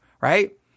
right